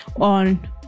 On